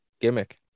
gimmick